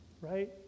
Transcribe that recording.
right